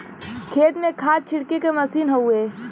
खेत में खाद छिड़के के मसीन हउवे